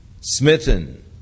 smitten